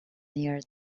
near